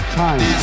time